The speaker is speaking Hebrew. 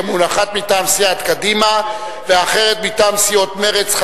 האחת מטעם סיעת קדימה והאחרת מטעם סיעות מרצ,